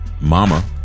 Mama